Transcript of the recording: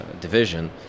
division